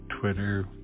Twitter